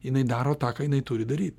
jinai daro tą ką jinai turi daryt